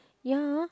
ya